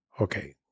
okay